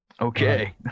Okay